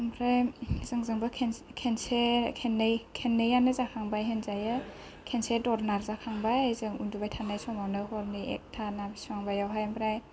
ओमफ्राय जों जोंबो खेनसे खेननै खेननैयानो जाखांबाय होनजायो खेनसे दर नारजाखांबाय जों उनदुबाय थानाय समावनो हरनि एखथा ना बिसिबांबायाव हाय आमफ्राय